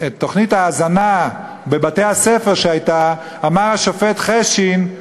תוכנית ההזנה בבתי-הספר, שהייתה, אמר השופט חשין: